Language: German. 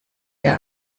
der